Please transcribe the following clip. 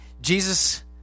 Jesus